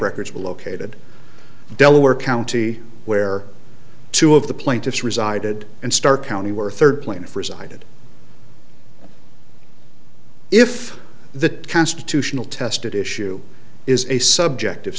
records were located delaware county where two of the plaintiffs resided and stark county were third plaintiff resided if the constitutional test issue is a subjective